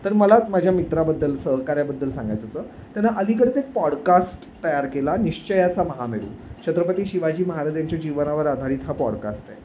तर मलाच माझ्या मित्राबद्दल सहकाऱ्याबद्दल सांगायचं होतं त्यानं अलीकडंच एक पॉडकास्ट तयार केला निश्चयाचा महामेरू छत्रपती शिवाजी महाराजांच्या जीवनावर आधारित हा पॉडकास्ट आहे